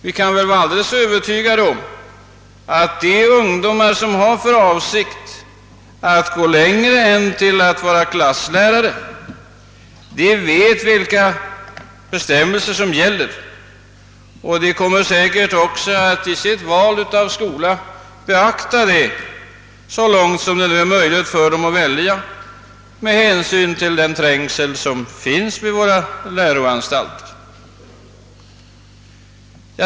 Vi kan emellertid vara övertygade om att de ungdomar som har för avsikt att gå längre än till att vara klasslärare vet vilka bestämmelser som gäller. De kommer säkerligen också att vid sitt val av skola beakta detta, så långt det nu är möjligt för dem att välja med hänsyn till den trängsel som finns vid våra läroanstalter.